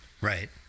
right